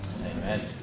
Amen